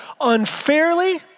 unfairly